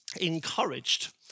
encouraged